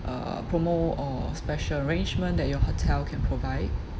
uh promo or special arrangement that your hotel can provide